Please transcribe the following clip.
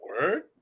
Word